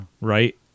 Right